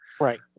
Right